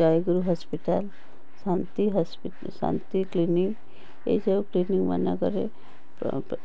ଜୟଗୁରୁ hospital Shanti ହସ୍ପ Shanti clinic ଏହିସବୁ clinic ମାନଙ୍କରେ